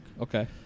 Okay